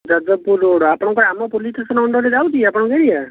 Jajpur road ଆପଣଙ୍କର କ'ଣ ଆମ ପୋଲିସ ଷ୍ଟେସନ ଅଣ୍ଡରରେ ଯାଉଛି ଆପଣଙ୍କ ଏରିଆ